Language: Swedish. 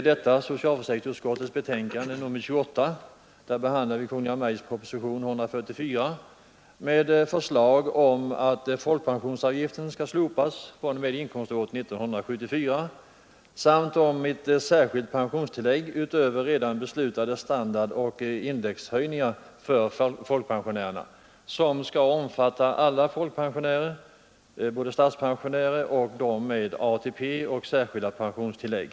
I socialförsäkringsutskottets betänkande nr 28 behandlas Kungl. Maj:ts proposition 144 med förslag om att folkpensionsavgiften skall slopas från och med inkomståret 1974 samt om ett särskilt pensionstillägg utöver redan beslutade standardoch indexhöjningar för folkpensionärerna, vilket skall omfatta både folkpensionärer och de som åtnjuter ATP och andra pensionstillägg.